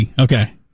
okay